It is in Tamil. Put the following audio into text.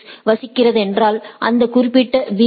ஸில் வசிக்கிறதென்றால் அந்த குறிப்பிட்ட பி